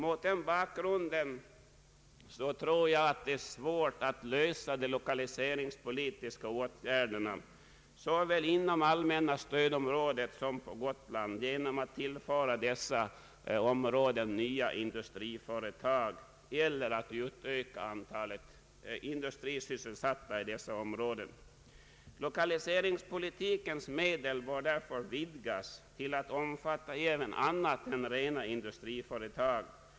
Mot den bakgrunden torde det vara svårt att lösa de lokaliseringspolitiska åtgärderna såväl inom allmänna stödområdet som på Gotland genom att tillföra dessa områden nya industriföretag eller att utöka antalet industrisysselsatta. Lokaliseringspolitikens medel borde vidgas till att omfatta annat än rena industriföretag.